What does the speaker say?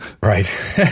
Right